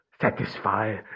satisfy